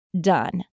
done